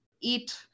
eat